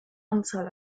anzahl